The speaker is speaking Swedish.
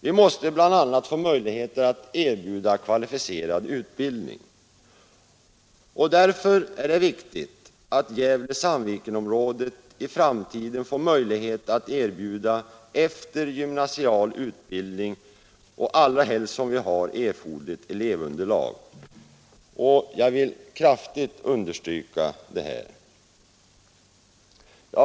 Vi måste bl.a. få möjligheter att erbjuda kvalificerad utbildning, och därför är det viktigt att Gävle—Sandvikenområdet i framtiden får möjlighet att erbjuda eftergymnasial utbildning, allra helst som vi har erforderligt elevunderlag. Jag vill kraftigt understryka det här.